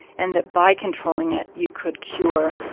and that by controlling it, you could cure